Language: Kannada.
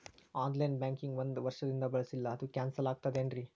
ಆನ್ ಲೈನ್ ಬ್ಯಾಂಕಿಂಗ್ ಒಂದ್ ವರ್ಷದಿಂದ ಬಳಸಿಲ್ಲ ಅದು ಕ್ಯಾನ್ಸಲ್ ಆಗಿರ್ತದೇನ್ರಿ?